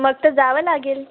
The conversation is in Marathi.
मग तर जावं लागेल